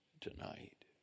tonight